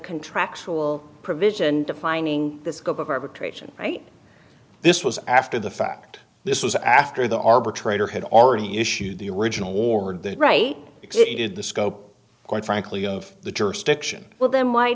contractual provision defining the scope of arbitration right this was after the fact this was after the arbitrator had already issued the original warrant that right because it is the scope quite frankly of the jurisdiction well then why